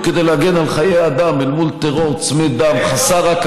כן היא: ארץ ישראל,